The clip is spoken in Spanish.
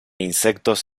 insectos